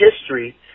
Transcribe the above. history